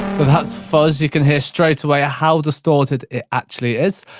so that's fuzz. you can hear straightaway ah how distorted it actually is.